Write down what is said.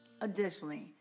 Additionally